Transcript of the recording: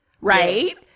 right